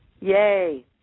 yay